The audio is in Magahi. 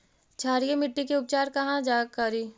क्षारीय मिट्टी के उपचार कहा करी?